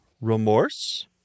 remorse